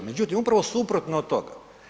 Međutim upravo suprotno od toga.